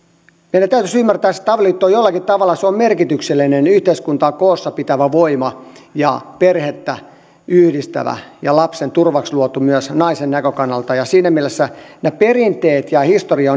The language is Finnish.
meidän täytyisi ymmärtää se että avioliitto on jollakin tavalla merkityksellinen yhteiskuntaa koossa pitävä voima perhettä yhdistävä ja lapsen turvaksi luotu myös naisen näkökannalta siinä mielessä ne perinteet ja historia